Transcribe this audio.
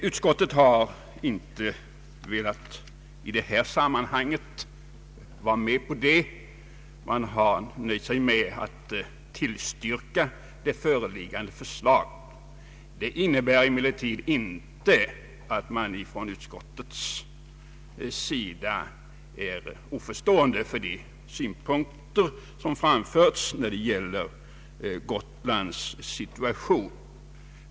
Utskottet har inte velat vara med på det i det här . sammanhanget utan nöjt sig med att tillstyrka Kungl. Maj:ts förslag. Det innebär emellertid inte att utskottet saknar förståelse för de synpunkter som framförts när det gäller Gotlands situation.